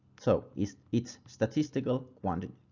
so it's it's statistical quantity!